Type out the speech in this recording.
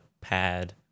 pad